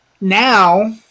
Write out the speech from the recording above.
Now